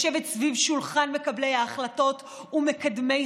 לשבת סביב שולחן מקבלי ההחלטות ומקדמי